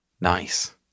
Nice